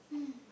mm